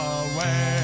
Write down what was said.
away